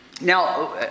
Now